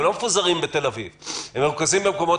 הם לא מפוזרים בתל אביב, הם מרוכזים במקומות.